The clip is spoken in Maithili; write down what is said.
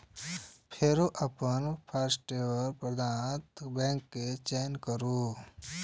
फेर अपन फास्टैग प्रदाता बैंक के चयन करू